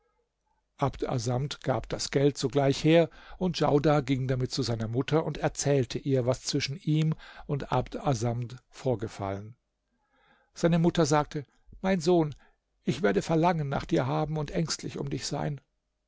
abd assamd gab das geld sogleich her und djaudar ging damit zu seiner mutter und erzählte ihr was zwischen ihm und abd assamd vorgefallen seine mutter sagte mein sohn ich werde verlangen nach dir haben und ängstlich um dich sein